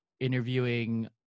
interviewing